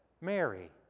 Mary